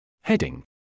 Heading